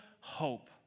hope